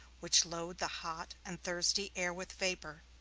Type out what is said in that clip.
which load the hot and thirsty air with vapor,